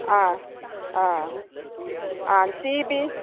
आं आं आं तीय बी